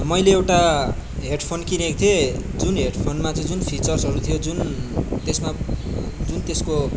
मैले एउटा headphone किनेको थिएँ जुन हेड फोनमा चाहिँ जुन फिचर्सहरू थियो जुन त्यसमा जुन त्यसको